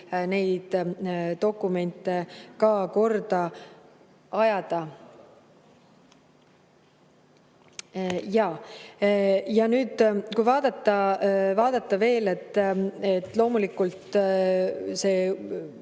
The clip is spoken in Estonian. neid dokumente korda ajada. Ja nüüd, kui vaadata veel, loomulikult see